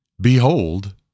Behold